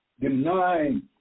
denying